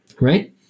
Right